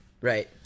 right